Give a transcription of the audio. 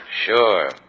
Sure